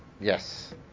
Yes